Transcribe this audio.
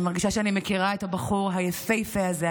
אני מרגישה שאני מכירה את הבחור היפהפה הזה.